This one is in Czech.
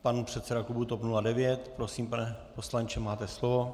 Pan předseda klubu TOP 09. Prosím, pane poslanče, máte slovo.